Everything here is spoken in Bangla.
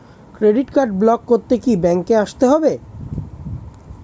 ক্রেডিট কার্ড ব্লক করতে কি ব্যাংকে আসতে হবে?